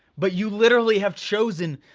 but you literally have chosen,